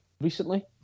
recently